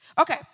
Okay